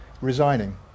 resigning